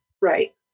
Right